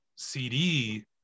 cd